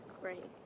Great